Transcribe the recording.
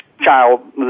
child